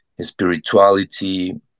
spirituality